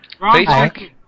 Facebook